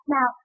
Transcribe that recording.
Now